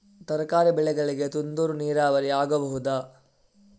ತರಕಾರಿ ಬೆಳೆಗಳಿಗೆ ತುಂತುರು ನೀರಾವರಿ ಆಗಬಹುದಾ?